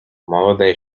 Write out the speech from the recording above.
молоде